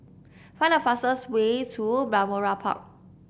find the fastest way to Balmoral Park